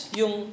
yung